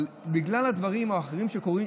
אבל בגלל הדברים האחרים שקורים,